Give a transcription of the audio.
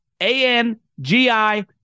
A-N-G-I